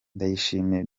ndayishimiye